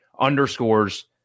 underscores